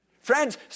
Friends